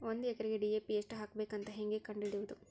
ಒಂದು ಎಕರೆಗೆ ಡಿ.ಎ.ಪಿ ಎಷ್ಟು ಹಾಕಬೇಕಂತ ಹೆಂಗೆ ಕಂಡು ಹಿಡಿಯುವುದು?